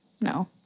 No